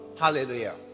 hallelujah